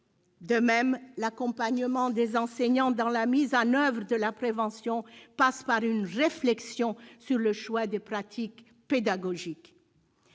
esprit, l'accompagnement des enseignants dans la mise en oeuvre de la prévention passe par une réflexion sur le choix des pratiques pédagogiques.